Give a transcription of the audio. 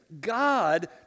God